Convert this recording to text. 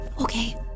Okay